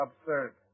absurd